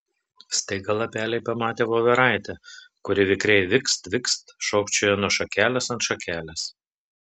staiga lapeliai pamatė voveraitę kuri vikriai vikst vikst šokčioja nuo šakelės ant šakelės